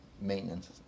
maintenance